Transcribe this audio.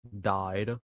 died